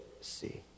see